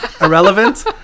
irrelevant